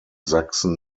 sachsen